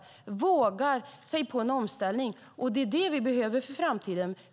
De vågar sig på en omställning, och det är det vi behöver för framtiden.